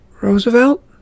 Roosevelt